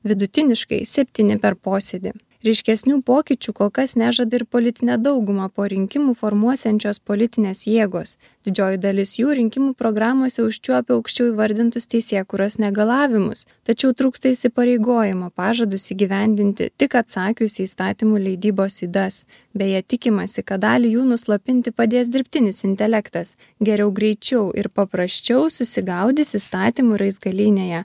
vidutiniškai septyni per posėdį ryškesnių pokyčių kol kas nežada ir politinę daugumą po rinkimų formuosiančios politinės jėgos didžioji dalis jų rinkimų programose užčiuopė aukščiau įvardintus teisėkūros negalavimus tačiau trūksta įsipareigojimo pažadus įgyvendinti tik atsakius į įstatymų leidybos ydas beje tikimasi kad dalį jų nuslopinti padės dirbtinis intelektas geriau greičiau ir paprasčiau susigaudys įstatymų raizgalynėje